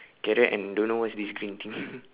carrot and don't know what is this green thing